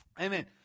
Amen